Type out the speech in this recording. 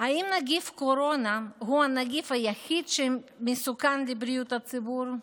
האם נגיף קורונה הוא הנגיף היחיד שמסוכן לבריאות הציבור?